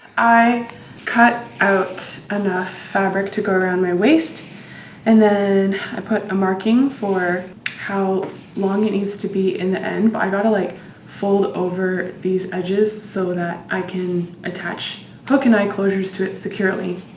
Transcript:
i cut out enough fabric to go around my waist and then i put a marking for how long it needs to be in the end but i gotta like fold over these edges so that i can attach hook and eye closures to it securely